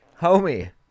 homie